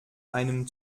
einem